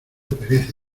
perece